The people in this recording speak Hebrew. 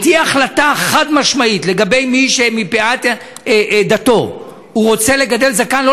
ותהיה החלטה חד-משמעית לגבי מי שמפאת דתו רוצה לגדל זקן,